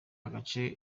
gace